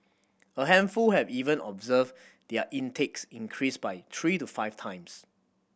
a handful have even observed their intakes increase by three to five times